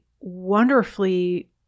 wonderfully